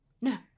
No